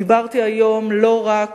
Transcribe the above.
דיברתי היום לא רק